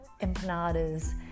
empanadas